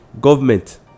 government